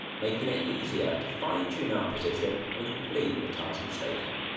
making it easier to fine tune our position and complete the task of staking.